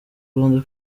rwanda